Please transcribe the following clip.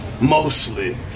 mostly